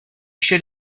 should